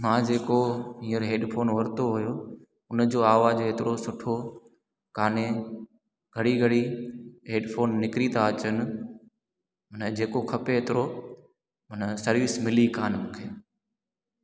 मां जेको हींअर हेडफोन वरितो हुओ हुनजो आवाज़ु एतिरो सुठो काने घड़ी घड़ी हेडफ़ोन निकिरी था अचनि अने जेको खपे एतिरो माना सर्विस मिली कान मूंखे